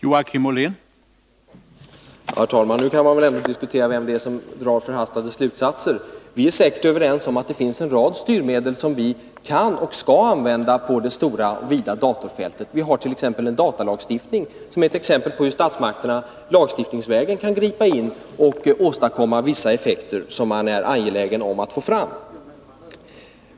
Herr talman! Nu kan man väl ändå diskutera vem det är som drar förhastade slutsatser. Vi är säkert överens om att det finns en rad styrmedel som vi kan och skall använda på det stora och vida datorfältet. Vi hart.ex. en datalagstiftning, som ju är ett exempel på hur statsmakterna lagstiftningsvägen kan gripa in och åstadkomma vissa effekter som man är angelägen om att få fram.